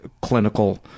clinical